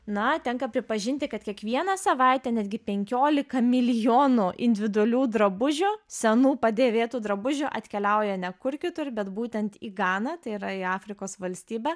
na tenka pripažinti kad kiekvieną savaitę netgi penkiolika milijonų individualių drabužių senų padėvėtų drabužių atkeliauja ne kur kitur bet būtent į ganą tai yra į afrikos valstybę